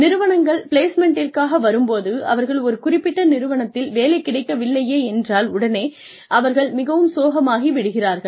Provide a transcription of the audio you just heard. நிறுவனங்கள் பிளேஸ்மெண்டிற்காக வரும்போது அவர்கள் ஒரு குறிப்பிட்ட நிறுவனத்தில் வேலை கிடைக்கவில்லையே என்றால் உடனே அவர்கள் மிகவும் சோகமாகி விடுகிறார்கள்